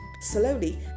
Slowly